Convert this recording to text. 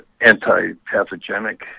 anti-pathogenic